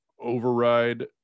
override